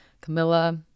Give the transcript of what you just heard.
Camilla